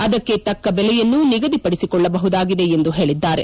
ಅದಕ್ಕೆ ತಕ್ಕ ಬೆಲೆಯನ್ನು ನಿಗದಿಪಡಿಸಿಕೊಳ್ಳಬಹುದಾಗಿದೆ ಎಂದು ಹೇಳಿದ್ದಾರೆ